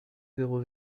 zéro